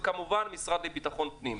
וכמובן המשרד לביטחון פנים.